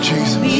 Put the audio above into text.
Jesus